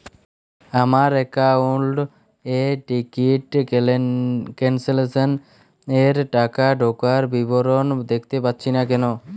আমার একাউন্ট এ ticket cancellation এর টাকা ঢোকার বিবরণ দেখতে পাচ্ছি না কেন?